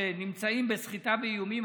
שנמצאים בסחיטה ואיומים,